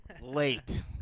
Late